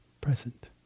present